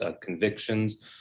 convictions